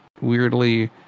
weirdly